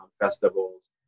festivals